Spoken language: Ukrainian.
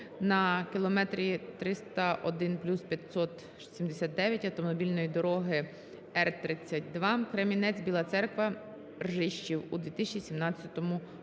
на кілометрі 301+579 автомобільної дороги Р-32 Кремінець-Біла Церква-Ржищів у 2017 році.